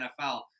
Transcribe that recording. NFL